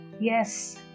Yes